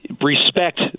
respect